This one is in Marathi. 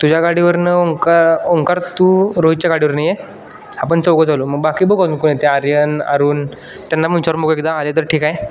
तुझ्या गाडीवरून ओंकार ओंकार तू रोहितच्या गाडीवरून ये आपण चौघं चालवू मग बाकी बघू कोण येते आहे आर्यन आरून त्यांना पण विचारून बघूया का एकदा आले तर ठीक आहे